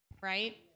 right